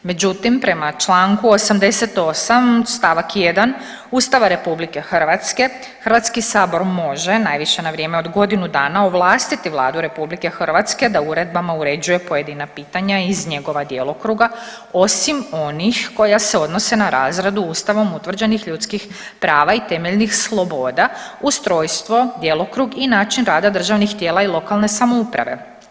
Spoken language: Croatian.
Međutim, prema članku 88. stavak 1. Ustava RH Hrvatski sabor može najviše na vrijeme od godinu dana ovlastiti Vladu RH da uredbama uređuje pojedina pitanja iz njegova djelokruga osim onih koja se odnose na razradu Ustavom utvrđenih ljudskih prava i temeljnih sloboda, ustrojstvo, djelokrug i način rada državnih tijela i lokalne samouprave.